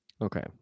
Okay